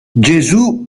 gesù